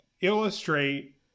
illustrate